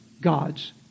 God's